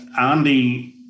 Andy